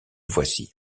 voici